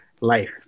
life